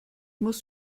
muss